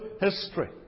history